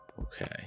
Okay